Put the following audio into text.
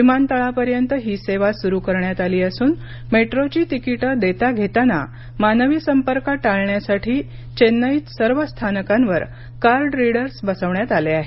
विमानतळापर्यंत ही सेवा सुरु करण्यात आली असून मेट्रोची तिकीट देता घेताना मानवी संपर्क टाळण्यासाठी चेन्नईत सर्व स्थानकांवर कार्ड रीडर्स बसविण्यात आले आहेत